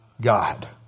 God